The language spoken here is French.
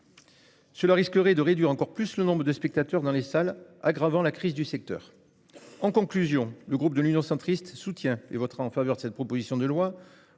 Cela risquerait de réduire encore plus le nombre de spectateurs dans les salles, aggravant la crise du secteur. En conclusion, le groupe de l'Union centriste soutient et votera en faveur de cette proposition de loi